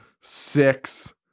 six